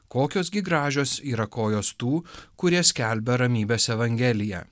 kokios gi gražios yra kojos tų kurie skelbia ramybės evangeliją